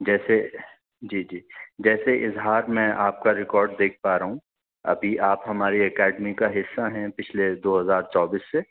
جیسے جی جی جیسے اظہار میں آپ کا ریکارڈ دیکھ پا رہا ہوں ابھی آپ ہماری اکیڈمی کا حصہ ہیں پچھلے دو ہزار چوبیس سے